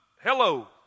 Hello